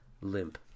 limp